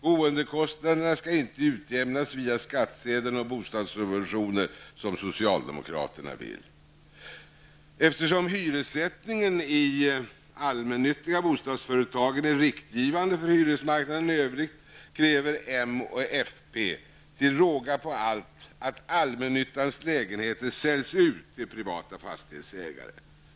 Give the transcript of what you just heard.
Boendekostnaderna skall inte utjämnas via skattsedeln och bostadssubventioner, som socialdemokraterna vill. Eftersom hyressättningen i de allmännyttiga bostadsföretagen är riktgivande för hyresmarknaden i övrigt, kräver moderaterna och folkpartiet till råga på allt att allmännyttans lägenheter säljs ut till privata fastighetsägare.